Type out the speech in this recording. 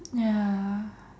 ya